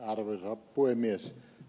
arvoisa puhemies